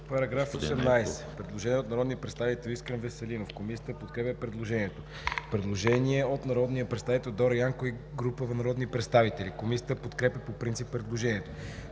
По § 16 има предложение от народния представител Искрен Веселинов. Комисията подкрепя предложението. Има предложение от народния представител Дора Янкова и група народни представители. Комисията подкрепя по принцип предложението.